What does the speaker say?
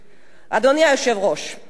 אדוני היושב-ראש, לסיום: